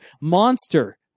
Monster